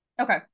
Okay